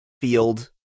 field